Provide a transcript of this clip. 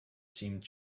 seemed